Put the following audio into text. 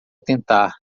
tentar